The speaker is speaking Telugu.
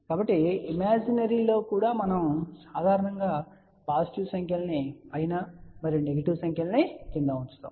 కాబట్టి ఇమాజినరీ లో కూడా మనం సాధారణంగా పాజిటివ్ సంఖ్యలను పైన మరియు నెగెటివ్ సంఖ్యలను క్రింద ఉంచుతాము